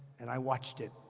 and i watched it.